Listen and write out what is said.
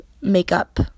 makeup